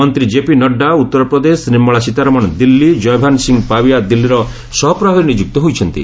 ମନ୍ତ୍ରୀ ଜେପି ନଡ୍ଜା ଉତ୍ତର ପ୍ରଦେଶ ନିର୍ମଳା ସୀତାରମଣ ଦିଲ୍ଲୀ ଜୟଭାନ୍ ସିଂ ପାବିୟା ଦିଲ୍ଲୀର ସହପ୍ରଭାରୀ ନିଯୁକ୍ତ ହୋଇଛନ୍ତି